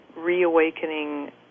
reawakening